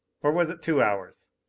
or was it two hours?